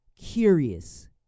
curious